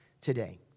today